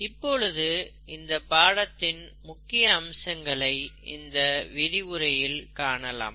இப்பொழுது இந்த பாடத்தின் முக்கிய அம்சங்களை இந்த விரிவுரையில் காணலாம்